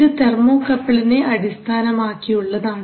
ഇത് തെർമോകപ്പിളിനെ അടിസ്ഥാനമാക്കിയുള്ളതാണ്